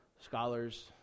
Scholars